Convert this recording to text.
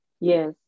Yes